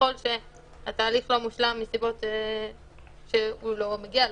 וככל שהתהליך לא מושלם מסיבות שהוא לא מגיע,